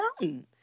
mountain